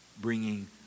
bringing